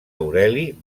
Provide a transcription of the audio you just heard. aureli